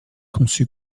conçu